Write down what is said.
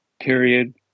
period